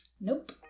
Nope